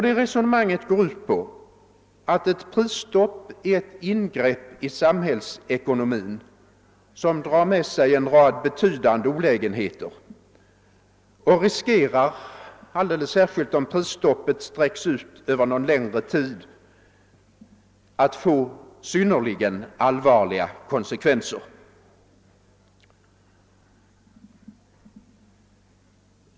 Det resonemanget går ut på att ett prisstopp är ett ingrepp i samhällsekonomin som drar med sig en rad betydande olägenheter och risker, alldeles särskilt om prisstoppet sträcks ut över någon längre tid, och kan medföra synnerligen allvarliga konsekvenser.